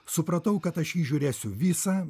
supratau kad aš jį žiūrėsiu visą